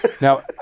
Now